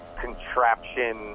contraption